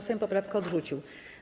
Sejm poprawkę odrzucił.